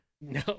no